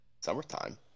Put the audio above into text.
summertime